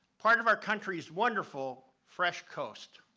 part of our country's wonderful fresh coast.